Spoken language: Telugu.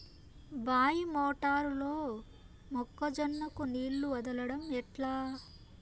బాయి మోటారు లో మొక్క జొన్నకు నీళ్లు వదలడం ఎట్లా?